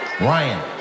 Ryan